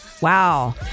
Wow